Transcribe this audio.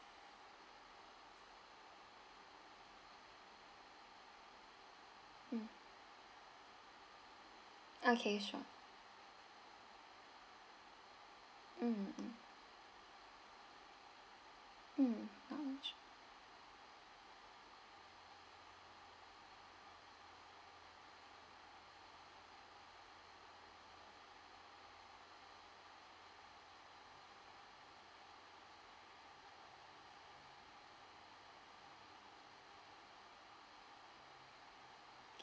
mm okay sure mm mm mm okay sure